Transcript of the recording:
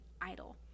idle